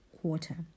quarter